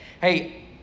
hey